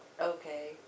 Okay